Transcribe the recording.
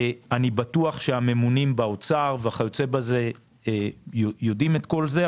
אני בטוח שהממונים באוצר וכיו"ב יודעים את כל זה,